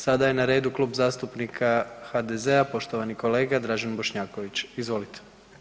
Sada je na redu Klub zastupnika HDZ-a, poštovani kolega Dražen Bošnjaković, izvolite.